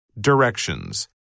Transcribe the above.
Directions